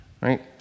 right